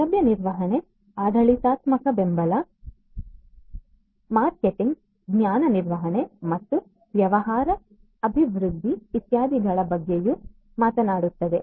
ಸೌಲಭ್ಯ ನಿರ್ವಹಣೆ ಆಡಳಿತಾತ್ಮಕ ಬೆಂಬಲ ಮಾರ್ಕೆಟಿಂಗ್ ಜ್ಞಾನ ನಿರ್ವಹಣೆ ಮತ್ತು ವ್ಯವಹಾರ ಅಭಿವೃದ್ಧಿ ಇತ್ಯಾದಿಗಳ ಬಗ್ಗೆಯೂ ಮಾತನಾಡುತ್ತದೆ